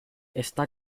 está